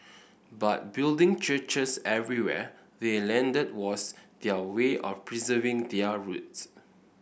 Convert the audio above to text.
but building churches everywhere they landed was their way of preserving their roots